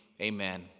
Amen